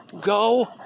go